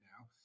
now